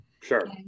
sure